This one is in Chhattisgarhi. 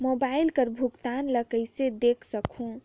मोबाइल कर भुगतान ला कइसे देख सकहुं?